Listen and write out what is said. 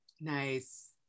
Nice